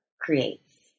creates